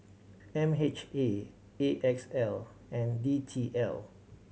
M H A A X L and D T L